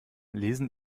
lesen